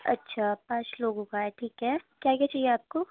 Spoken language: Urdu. اچھا پانچ لوگوں کا ہے ٹھیک ہے کیا کیا چہایے آپ کو